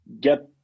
get